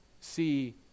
see